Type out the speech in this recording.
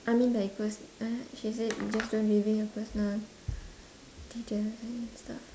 I mean by perso~ uh she said just don't reveal your personal things ah and stuff